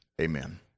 Amen